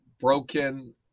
broken